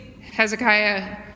Hezekiah